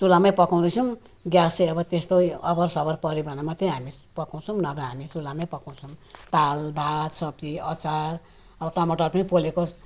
चुल्हामै पकाउँदैछौँ ग्यास चाहिँ अब त्यस्तो अबर सबर परेको बेलामा मात्रै हामी पकाउँछौँ नभए हामी चुल्हामै पकाउँछौँ दाल भात सब्जी अचार अब टमाटर पनि पोलेको